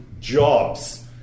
jobs